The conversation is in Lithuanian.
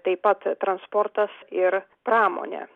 taip pat transportas ir pramonė